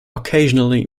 occasionally